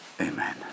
amen